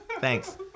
Thanks